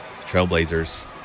Trailblazers